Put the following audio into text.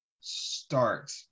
start